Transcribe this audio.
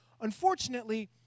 Unfortunately